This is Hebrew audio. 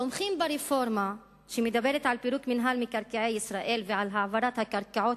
התומכים ברפורמה שמדברת על פירוק מינהל מקרקעי ישראל ועל העברת הקרקעות